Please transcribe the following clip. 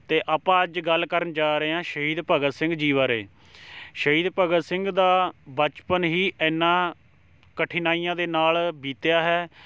ਅਤੇ ਆਪਾਂ ਅੱਜ ਗੱਲ ਕਰਨ ਜਾ ਰਹੇ ਹਾਂ ਸ਼ਹੀਦ ਭਗਤ ਸਿੰਘ ਜੀ ਬਾਰੇ ਸ਼ਹੀਦ ਭਗਤ ਸਿੰਘ ਦਾ ਬਚਪਨ ਹੀ ਇੰਨਾ ਕਠਿਨਾਈਆਂ ਦੇ ਨਾਲ ਬੀਤਿਆ ਹੈ